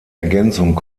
ergänzung